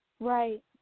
Right